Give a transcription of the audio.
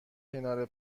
کنار